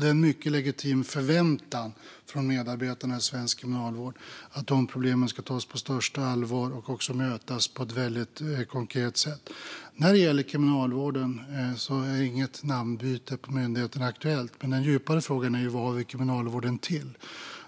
Det är en mycket legitim förväntan från medarbetarna i svensk kriminalvård att dessa problem tas på största allvar och möts på ett väldigt konkret sätt. När det gäller Kriminalvården är inget namnbyte på myndigheten aktuellt. Men den djupare frågan är vad vi har Kriminalvården till.